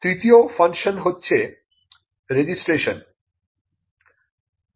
তৃতীয় ফাংশন হচ্ছে রেজিস্ট্রেশন